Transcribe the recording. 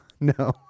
No